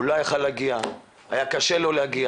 הוא לא יכול היה להגיע, היה קשה לו להגיע.